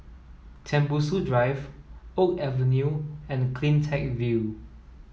Tembusu Drive Oak Avenue and CleanTech View